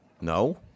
no